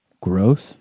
gross